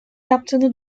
yaptığını